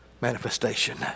manifestation